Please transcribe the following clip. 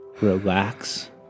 relax